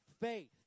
faith